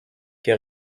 que